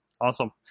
awesome